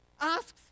asks